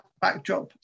backdrop